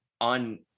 on